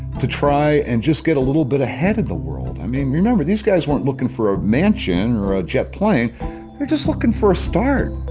to try and just get a little bit ahead of the world. i mean you remember these guys weren't looking for a mansion or a jet plane. they're just looking for a start